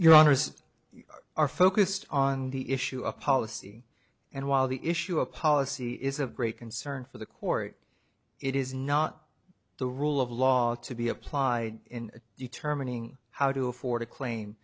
you are focused on the issue of policy and while the issue of policy is of great concern for the court it is not the rule of law to be applied in determining how to afford a claim